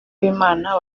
b’imana